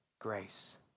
grace